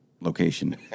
location